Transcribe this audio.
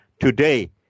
today